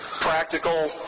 Practical